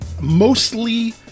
Mostly